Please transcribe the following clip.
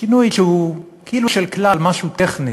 שינוי שהוא כאילו של כלל, משהו טכני,